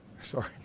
Sorry